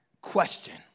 Question